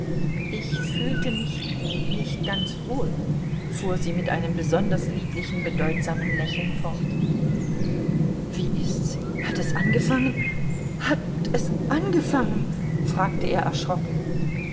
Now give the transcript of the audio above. ich fühlte mich nicht ganz wohl fuhr sie mit einem besonders lieblichen bedeutsamen lächeln fort wie ist's hat es angefangen hat es angefangen fragte er erschrocken